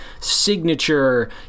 signature